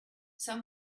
some